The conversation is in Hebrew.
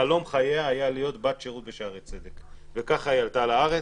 חלום חייה היה להיות בת שירות בשערי צדק וכך היא עלתה לארץ.